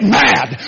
mad